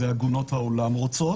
זה עגונות העולם רוצות.